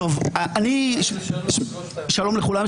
שלום לכולם.